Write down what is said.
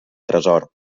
tresor